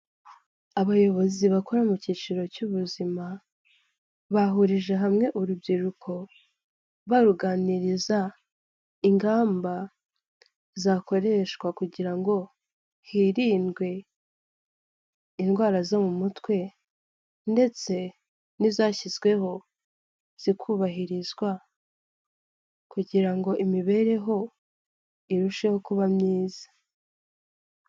Abayobozi bakora mu cyiciro cy'ubuzima, bahurije hamwe urubyiruko baruganiriza ingamba zakoreshwa kugira ngo hirindwe indwara zo mu mutwe ndetse n'izashyizweho zikubahirizwa kugira ngo imibereho irusheho kuba myiza.